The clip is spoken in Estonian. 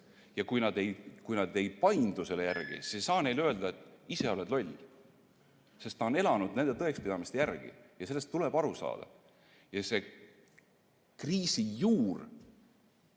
vältida. Ja kui nad ei paindu selle järgi, siis ei saa neile öelda, et ise oled loll. Sest ta on elanud nende tõekspidamiste järgi, ja sellest tuleb aru saada. See kriisi juur,